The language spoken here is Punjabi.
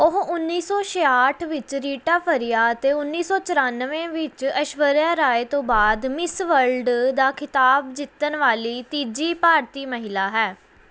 ਉਹ ਉੱਨੀ ਸੌ ਛਿਆਹਠ ਵਿੱਚ ਰੀਟਾ ਫ਼ਰੀਆ ਅਤੇ ਉੱਨੀ ਸੌ ਚੁਰਾਨਵੇਂ ਵਿੱਚ ਐਸ਼ਵਰਿਆ ਰਾਏ ਤੋਂ ਬਾਅਦ ਮਿਸ ਵਰਲਡ ਦਾ ਖਿਤਾਬ ਜਿੱਤਣ ਵਾਲੀ ਤੀਜੀ ਭਾਰਤੀ ਮਹਿਲਾ ਹੈ